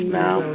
now